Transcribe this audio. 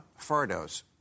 Fardos